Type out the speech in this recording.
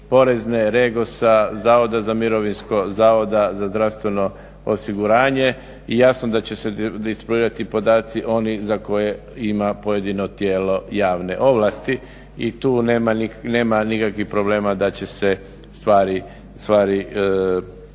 porezne, Regosa, Zavoda za mirovinsko, Zavoda za zdravstveno osiguranje i jasno da će se disproirati podaci oni za koje ima pojedino tijelo javne ovlasti i tu nema nikakvih problema da će se stvari, da